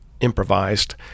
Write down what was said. improvised